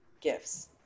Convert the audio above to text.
gifts